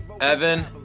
Evan